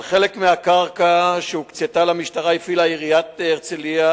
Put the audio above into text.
על חלק מהקרקע שהוקצתה למשטרה הפעילה עיריית הרצלייה,